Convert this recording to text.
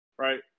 right